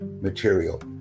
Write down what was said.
material